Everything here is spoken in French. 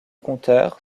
compteur